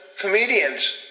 comedians